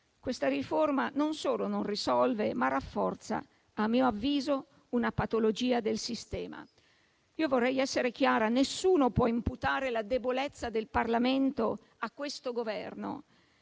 Questa riforma non solo non risolve, ma rafforza, a mio avviso, una patologia del sistema. Io vorrei essere chiara: nessuno può imputare la debolezza del Parlamento a questo Governo,